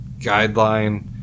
guideline